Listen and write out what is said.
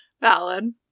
Valid